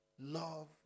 Love